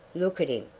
look at him,